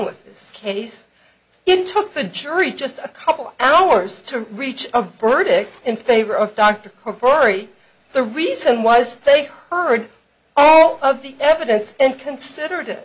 with this case it took the jury just a couple of hours to reach a verdict in favor of dr karp already the reason was they heard all of the evidence and considered it